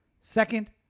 second